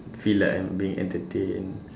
feel like I'm being entertained